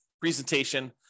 presentation